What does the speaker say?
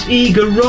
eager